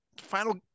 final